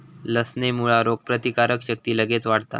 लसणेमुळा रोगप्रतिकारक शक्ती लगेच वाढता